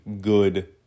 good